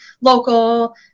local